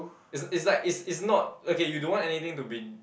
it's it's like it's it's not okay you don't want anything to be